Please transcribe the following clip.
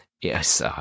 Yes